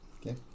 Okay